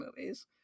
movies